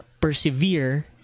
persevere